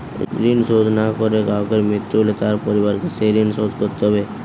ঋণ শোধ না করে গ্রাহকের মৃত্যু হলে তার পরিবারকে সেই ঋণ শোধ করতে হবে?